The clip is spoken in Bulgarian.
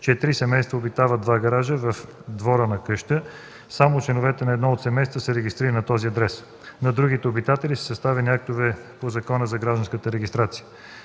че три семейства обитават два гаража в двора на къща. Само членовете на едно от семействата са регистрирани на този адрес. На другите обитатели са съставени актове по Закона за гражданската регистрация.